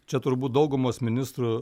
čia turbūt daugumos ministrų